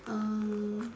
um